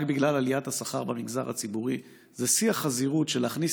רק בגלל עליית השכר במגזר הציבורי: זה שיא החזירות של להכניס